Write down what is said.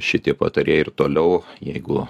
šitie patarėjai ir toliau jeigu